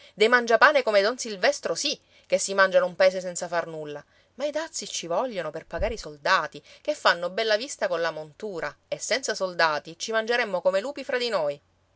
dei mangiapane come don silvestro sì che si mangiano un paese senza far nulla ma i dazii ci vogliono per pagare i soldati che fanno bella vista colla montura e senza soldati ci mangeremmo come lupi fra di noi